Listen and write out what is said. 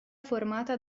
formata